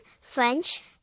French